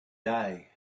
day